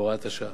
בהוראת השעה.